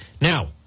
Now